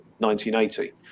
1980